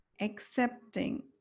accepting